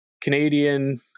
Canadian